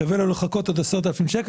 שווה לו לחכות עוד 10,000 שקל.